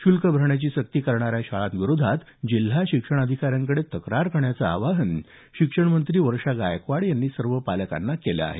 शुल्क भरण्याची सक्ती करणाऱ्या शाळांविरोधात जिल्हा शिक्षणाधिकाऱ्यांकडे तक्रार करण्याचं आवाहन शिक्षणमंत्री वर्षा गायकवाड यांनी सर्व पालकांना केलं आहे